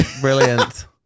brilliant